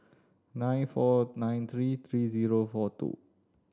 nine four nine three three zero four two